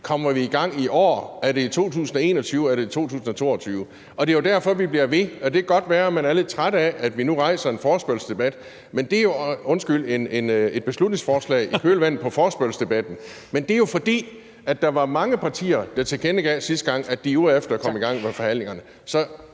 kommer i gang i år. Er det i 2021? Er det i 2022? Og det er jo derfor, vi bliver ved, og det kan godt være, at man er lidt trætte af, at vi nu rejser et beslutningsforslag i kølvandet på forespørgselsdebatten. Men det er jo, fordi der var mange partier, der sidste gang tilkendegav, at de er ivrige efter at komme i gang med forhandlingerne. Så